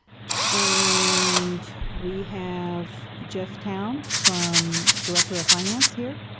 and, we have jeff town from director of finance here?